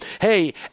hey